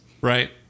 right